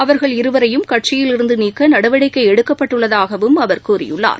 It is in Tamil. அவர்கள் இருவரையும் கட்சியிலிருந்துநீக்கநடவடிக்கைஎடுக்கப்பட்டுள்ளதாகவும் அவர் தெரிவித்துள்ளார்